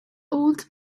old